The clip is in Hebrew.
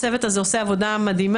הצוות הזה עושה עבודה מדהימה,